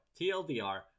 TLDR